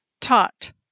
taught